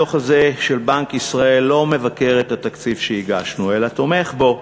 הדוח הזה של בנק ישראל לא מבקר את התקציב שהגשנו אלא תומך בו.